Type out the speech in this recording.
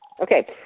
Okay